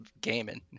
gaming